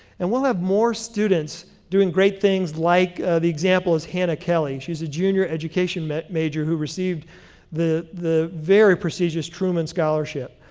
and we'll have more students doing great things like the example is hannah kelly. she is a junior education major who received the the very prestigious truman scholarship.